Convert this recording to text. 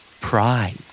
Pride